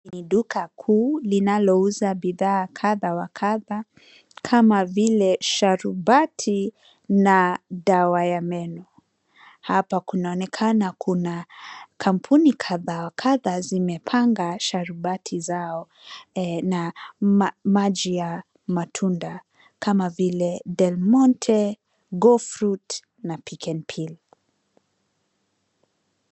Hii ni duka kuu linalouza bidhaa kadha wa kadha, kama vile sharubati na dawa ya meno. Hapa kunaonekana kuna kampuni kadha wa kadha zimepanga sharubati zao na maji ya matunda, kama vile Del Monte, Gofrut na Peek'n'Peel.